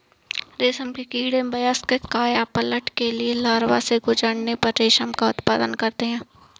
रेशम के कीड़े वयस्क कायापलट के लिए लार्वा से गुजरने पर रेशम का उत्पादन करते हैं